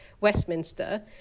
Westminster